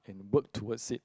work towards it